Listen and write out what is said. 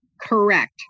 Correct